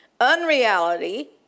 unreality